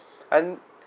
and